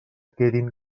quedin